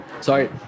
sorry